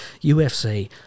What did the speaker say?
UFC